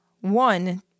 One